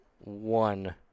one